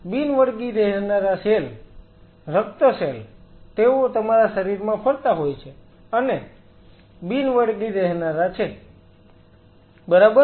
હવે બિન વળગી રહેનારા સેલ રક્ત સેલ તેઓ તમારા શરીરમાં ફરતા હોય છે અને બિન વળગી રહેનારા છે બરાબર